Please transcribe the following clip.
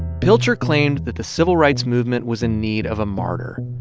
pilcher claimed that the civil rights movement was in need of a martyr,